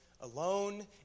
alone